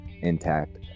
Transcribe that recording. intact